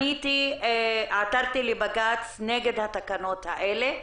עתרתי לבג"ץ נגד התקנות האלה,